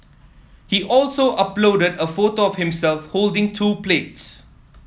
he also uploaded a photo of himself holding two plates